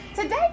today